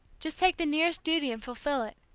just take the nearest duty and fulfil it,